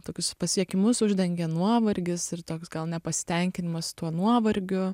tokius pasiekimus uždengia nuovargis ir toks gal nepasitenkinimas tuo nuovargiu